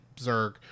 Zerg